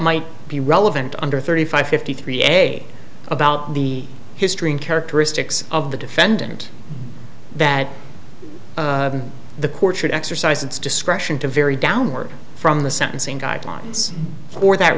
might be relevant under thirty five fifty three a about the history in characteristics of the defendant that the court should exercise its discretion to vary downward from the sentencing guidelines for that